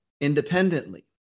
independently